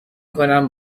کنم